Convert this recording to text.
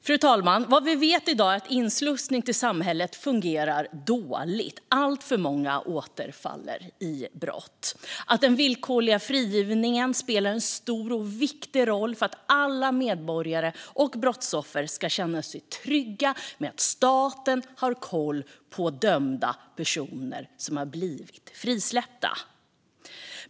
Fru talman! Vi vet i dag att inslussningen till samhället fungerar dåligt. Alltför många återfaller i brott. Vi vet också att den villkorliga frigivningen spelar en stor och viktig roll för att alla medborgare och brottsoffer ska känna sig trygga med att staten har koll på dömda personer som har blivit frisläppta.